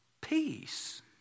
peace